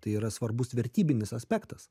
tai yra svarbus vertybinis aspektas